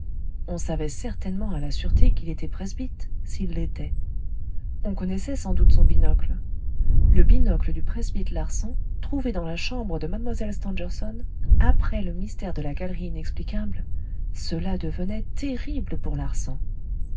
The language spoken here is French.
on savait certainement à la sûreté qu'il était presbyte s'il l'était on connaissait sans doute son binocle le binocle du presbyte larsan trouvé dans la chambre de mlle stangerson après le mystère de la galerie inexplicable cela devenait terrible pour